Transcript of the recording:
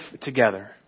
together